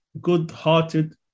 good-hearted